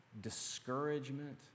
discouragement